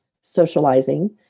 socializing